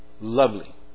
Lovely